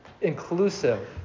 inclusive